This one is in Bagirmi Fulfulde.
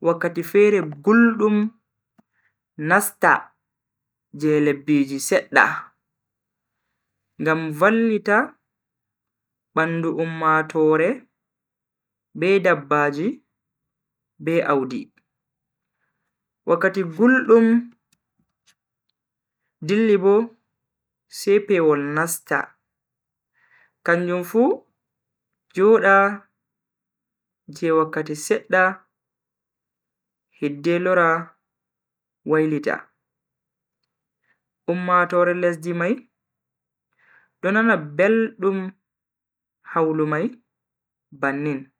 wakkati fere guldum nasta je lebbiji sedda ngam vallita bandu ummatoore be dabbaji be Audi. wakkati guldum dilli Bo sai pewol nasta kanjum fu joda je wakkati sedda hidde lora wailita. ummatoore lesdi mai do nana beldum hawlu mai bannin.